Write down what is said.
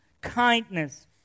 kindness